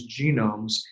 genomes